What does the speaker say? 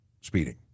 speeding